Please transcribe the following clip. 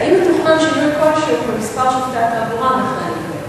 3. האם מתוכנן שינוי כלשהו במספר שופטי התעבורה המכהנים?